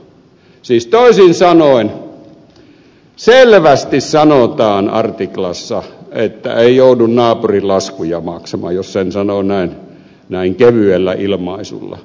siis toisin sanoen selvästi sanotaan artiklassa että ei joudu naapurin laskuja maksamaan jos sen sanoo näin kevyellä ilmaisulla